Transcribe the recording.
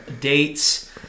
dates